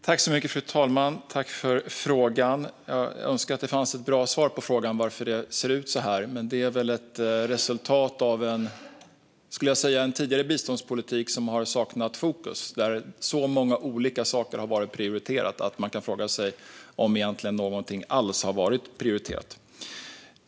Fru talman! Tack, ledamoten, för frågan! Jag önskar att det fanns ett bra svar på frågan om varför det ser ut så här. Det är väl, skulle jag säga, ett resultat av en tidigare biståndspolitik som har saknat fokus. Så många olika saker har varit prioriterade att man kan fråga sig om något alls egentligen har varit prioriterat.